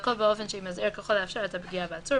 והכול באופן שימזער ככל האפשר את הפגיעה בעצור,